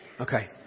Okay